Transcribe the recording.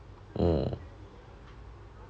mm